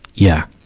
yeah.